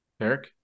Eric